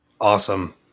Awesome